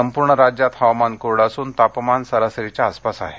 संपूर्ण राज्यात हवामान कोरडं असून तापमान सरासरीच्या आसपास आहे